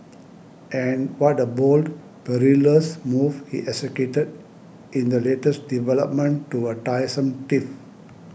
and what a bold perilous move he executed in the latest development to a tiresome tiff